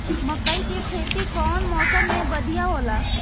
मकई के खेती कउन मौसम में बढ़िया होला?